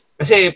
kasi